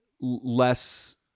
less